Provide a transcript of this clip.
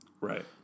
Right